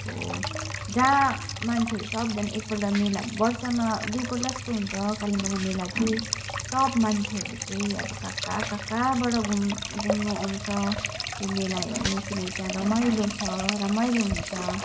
अब जहाँ मान्छेहरू सबजना एकपल्ट मेला वर्षमा दुईपल्ट जस्तो हुन्छ कालिम्पोङमा मेला चाहिँ सब मान्छेहरू चाहिँ अब कहाँ कहाँ कहाँ कहाँबाट घुम्नु घुम्नु आउँछ त्यो मेला हेर्नु किनकि त्यहाँ रमाइलो छ रमाइलो हुन्छ